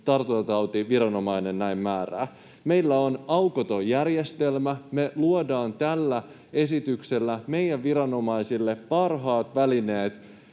tartuntatautiviranomainen näin määrää. Meillä on aukoton järjestelmä. Me luodaan tällä esityksellä meidän viranomaisille parhaat välineet